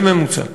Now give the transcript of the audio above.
בממוצע.